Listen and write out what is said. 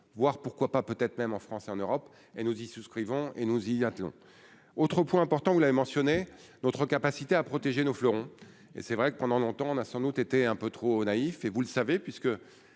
voir pourquoi pas, peut être même en France et en Europe et nous y souscrivons et nous y attelons autre point important, vous l'avez mentionné notre capacité à protéger nos fleurons, et c'est vrai que pendant longtemps on a sans doute été un peu trop naïf et vous le savez, puisque